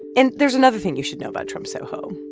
and there's another thing you should know about trump soho.